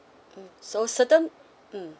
mm so certain mm